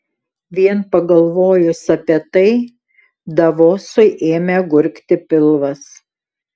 vien pagalvojus apie tai davosui ėmė gurgti pilvas